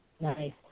Nice